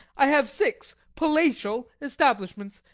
i have six palatial establishments,